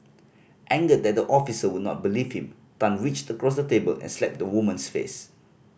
angered that the officer would not believe him Tan reached across the table and slapped the woman's face